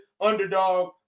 underdog